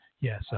Yes